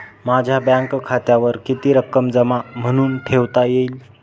माझ्या बँक खात्यावर किती रक्कम जमा म्हणून ठेवता येईल?